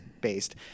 based